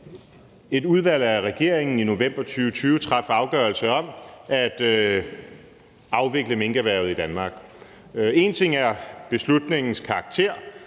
et udvalg af regeringen i november 2020 traf afgørelse om at afvikle minkerhvervet i Danmark. Én ting er beslutningens karakter,